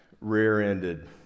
rear-ended